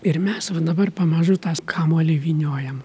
ir mes dabar pamažu tą kamuolį vyniojam